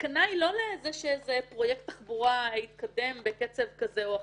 הסכנה היא לא לזה שאיזה פרויקט תחבורה יתקדם בקצב כזה או אחר,